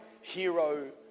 hero